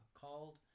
called